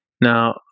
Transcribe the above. Now